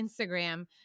Instagram